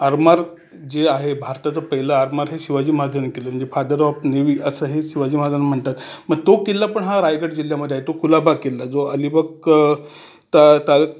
अरमार जे आहे भारताचं पहिलं अरमार हे शिवाजी महाराजांनी केलेलं आहे फादर ऑफ नेव्ही असं हे शिवाजी महाराजांना म्हणतात मग तो किल्ला पण हां रायगड जिल्ह्यामध्ये आहे तो कुलाबा किल्ला जो अलिबाग क तं त्या